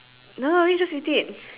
don't worry just eat it